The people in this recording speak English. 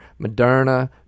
Moderna